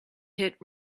hit